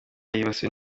yibasiwe